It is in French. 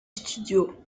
studio